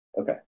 Okay